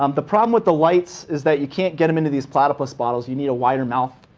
um the problem with the lights is that you can't get them into these platypus bottles. you need a wider mouth.